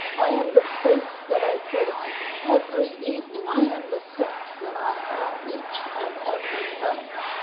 i am the face that i put on every evening, i am the sex that i have each and every night